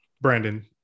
Brandon